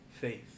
Faith